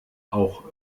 auch